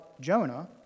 Jonah